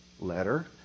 letter